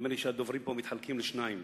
נדמה לי שהדוברים פה מתחלקים לשניים,